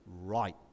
Right